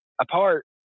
apart